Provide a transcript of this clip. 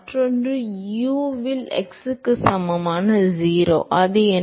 மற்றொன்று u இல் x க்கு சமமான 0 அது என்ன